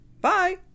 Bye